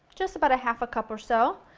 just about a half cup or so,